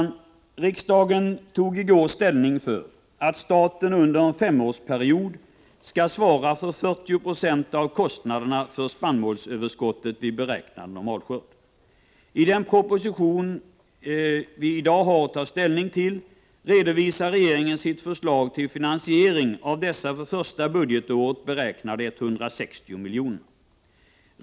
Riksdagen tog i går ställning för att staten under en femårsperiod skall svara för 40 96 av kostnaderna för spannmålsöverskottet vid beräknad normalskörd. I den proposition som vi i dag har att ta ställning till redovisar regeringen sitt förslag till finansiering av dessa för första budgetåret beräknade 160 miljonerna.